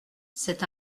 cet